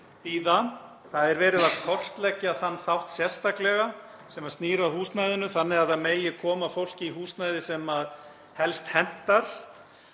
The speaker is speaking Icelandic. Það er verið að kortleggja þann þátt sérstaklega sem snýr að húsnæðinu þannig að það megi koma fólki í húsnæði sem helst hentar